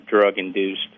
drug-induced